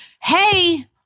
hey